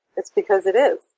it's because it is.